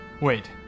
Wait